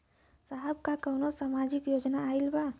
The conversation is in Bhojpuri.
साहब का कौनो सामाजिक योजना आईल बा?